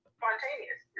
spontaneous